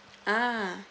ah